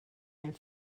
and